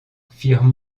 firent